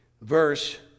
verse